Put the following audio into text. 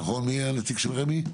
מי הנציג של רמ"י?